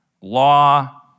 law